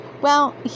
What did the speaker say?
Well